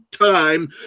time